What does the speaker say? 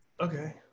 okay